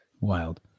wild